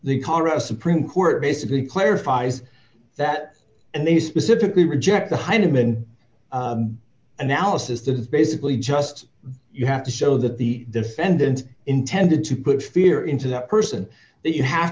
the colorado supreme court basically clarifies that and they specifically reject the hindman analysis that is basically just you have to show that the defendant intended to put fear into that person that you have